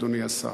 אדוני השר,